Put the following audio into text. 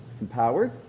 empowered